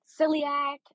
celiac